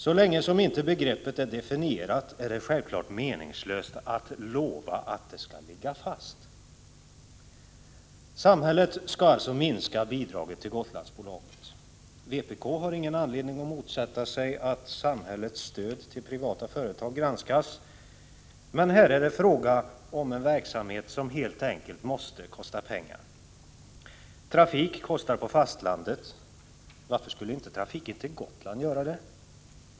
Så länge som begreppet inte är definierat, är det självfallet meningslöst att lova att målet skall ligga fast. Samhället skall alltså minska bidraget till Gotlandsbolaget. Vpk har ingen anledning att motsätta sig att samhällets stöd till privata företag granskas, men här är det fråga om en verksamhet som helt enkelt måste kosta pengar. Trafik kostar på fastlandet — varför skulle inte trafiken till Gotland göra det?